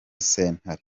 sentare